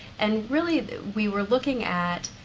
and really, we were looking at,